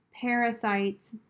parasites